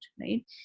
right